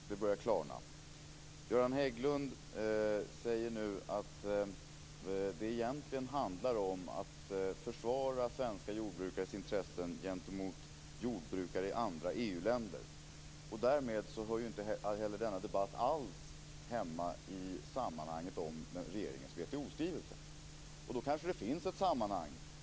Fru talman! Jag tror att det börjar klarna. Göran Hägglund säger nu att det egentligen handlar om att försvara svenska jordbrukares intressen gentemot jordbrukare i andra EU-länder. Därmed hör ju inte denna debatt alls hemma i diskussionen om regeringens WTO-skrivelse. Det kanske finns ett sammanhang.